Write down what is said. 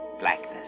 blackness